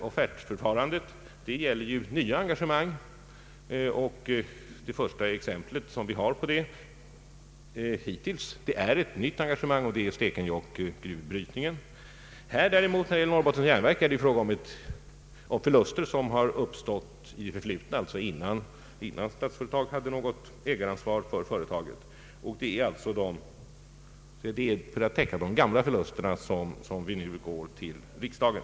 Offertförfarandet gäller ju nya engagemang, och det första exemplet hittills på ett nytt engagemang är gruvbrytningen i Stekenjokk. När det däremot gäller Norrbottens Järnverk är det fråga om förluster som uppstått i det förflutna, alltså innan Statsföretag AB hade något ägaransvar för företaget. Det är för att täcka de gamla förlusterna som vi nu går till riksdagen.